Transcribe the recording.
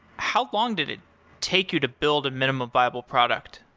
how long did it take you to build a minimum viable product?